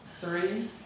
three